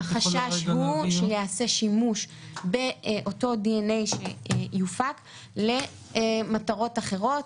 החשש הוא שייעשה שימוש באותו דנ"א שיופק למטרות אחרות,